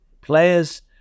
players